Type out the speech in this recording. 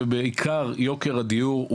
ובעיקר יוקר הדיור,